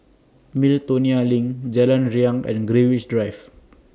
Miltonia LINK Jalan Riang and Greenwich Drive